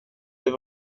det